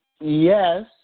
Yes